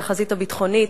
שהיא החזית הביטחונית,